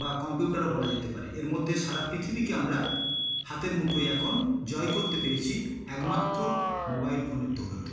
বা কম্পিউটারও বলা যেতে পারে এর মধ্যে সারা পৃথিবীকে আমরা হাতের মুঠোয় এখন জয় করতে পেরেছি একমাত্র মোবাইল ফোনের দৌলতে